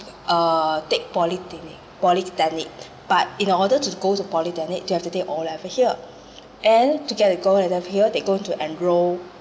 uh take polytechnic polytechnic but in order to go to polytechnic they have O level here and to get to go here they go to enroll